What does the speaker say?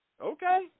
Okay